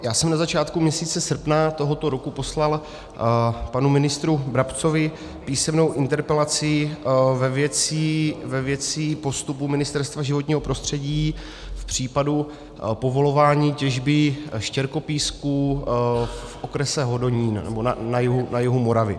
Já jsem na začátku měsíce srpna tohoto roku poslal panu ministru Brabcovi písemnou interpelaci ve věci postupu Ministerstva životního prostředí v případu povolování těžby štěrkopísku v okrese Hodonín, nebo na jihu Moravy.